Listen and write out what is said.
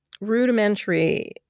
rudimentary